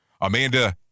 Amanda